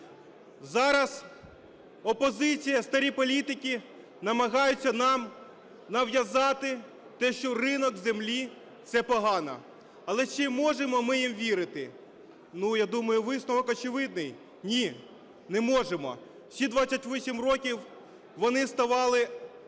Зараз опозиція, старі політики намагаються нам нав'язати те, що ринок землі – це погано. Але чи можемо їм вірити? Я думаю, висновок очевидний: ні, не можемо. Всі 28 років вони ставали